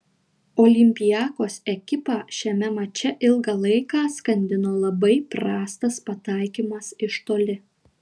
olympiakos ekipą šiame mače ilgą laiką skandino labai prastas pataikymas iš toli